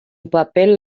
papel